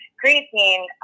creatine